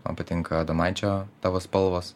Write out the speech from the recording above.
man patinka adomaičio tavo spalvos